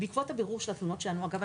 ואגב,